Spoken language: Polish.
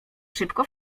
szybko